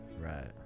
right